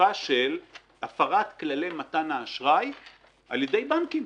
אכיפה של הפרת כללי מתן האשראי על ידי בנקים.